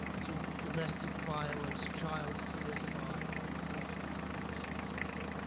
to domestic violence, child suicide, substance abuse et cetera.